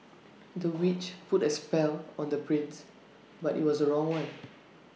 the witch put A spell on the prince but IT was the wrong one